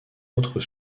autres